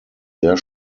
sehr